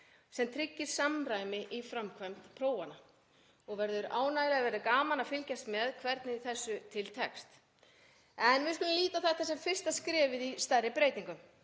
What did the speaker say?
sem tryggir samræmi í framkvæmd prófanna og verður gaman að fylgjast með hvernig til tekst. En við skulum líta á þetta sem fyrsta skrefið í stærri breytingum.